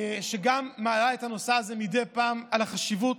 שגם היא מעלה את הנושא הזה מדי פעם, על החשיבות,